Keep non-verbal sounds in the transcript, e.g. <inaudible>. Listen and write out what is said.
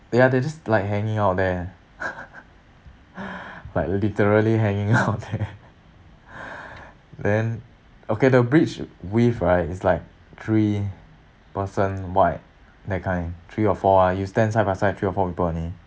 ya they're just like hanging out there <noise> <breath> like literally hanging out <laughs> there <breath> then okay the bridge width right is like three person wide that kind three or four ah you stand side by side three or four people only